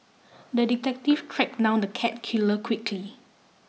the detective tracked down the cat killer quickly